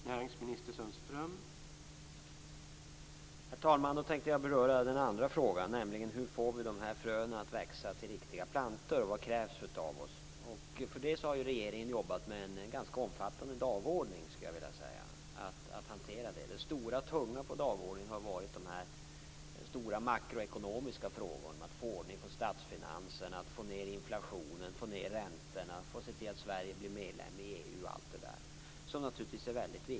Herr talman! Jag tänkte beröra den andra frågan, nämligen hur vi får fröna att växa till riktiga plantor. Vad krävs av oss? Regeringen har arbetat med en ganska omfattande dagordning. Den tunga posten på dagordningen har varit de stora makroekonomiska frågorna, att få ordning på statsfinanserna, att få ned inflationen, att få ned räntorna, att se till att Sverige blir medlem i EU osv. Detta är naturligtvis viktigt.